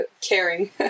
caring